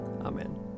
Amen